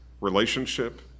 relationship